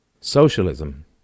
Socialism